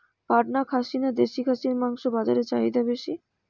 পাটনা খাসি না দেশী খাসির মাংস বাজারে চাহিদা বেশি?